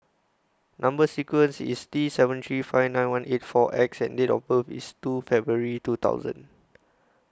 Number sequence IS T seven three five nine one eight four X and Date of birth IS two February two thousand